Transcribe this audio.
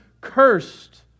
cursed